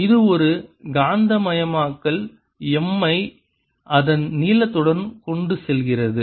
இது ஒரு காந்தமயமாக்கல் M ஐ அதன் நீளத்துடன் கொண்டு செல்கிறது